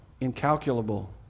incalculable